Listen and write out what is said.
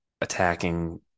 attacking